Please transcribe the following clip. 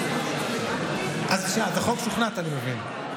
אז בחוק שוכנעת, אני מבין.